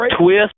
twist